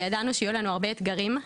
וידענו שיהיו לנו הרבה אתגרים,